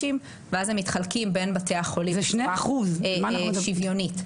מיליון ואז הם מתחלקים בין בתי החולים באופן שוויוני.